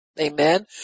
Amen